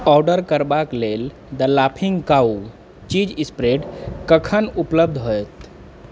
order करबाके लेल दऽ लाफिंग काउ चीज स्प्रेड कखन उपलब्ध होएत